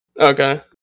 Okay